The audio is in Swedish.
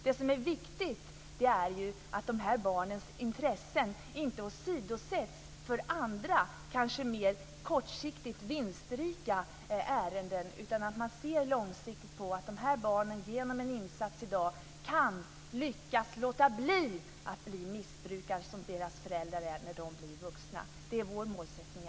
Det som är viktigt är ju att de här barnens intressen inte åsidosätts för andra, kanske mer kortsiktigt vinstrika ärenden, utan att man långsiktigt ser att genom en insats i dag kan de här barnen när de blir vuxna lyckas låta bli att bli missbrukare som sina föräldrar. Det är i alla fall vår målsättning.